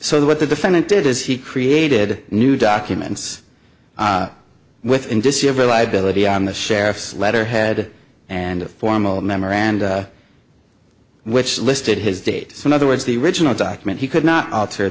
so what the defendant did is he created new documents with indicia of reliability on the sheriff's letterhead and a formal memorandum which listed his dates in other words the original document he could not alter